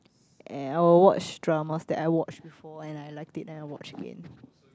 and I'll watch dramas that I watch before and I liked it then I watch again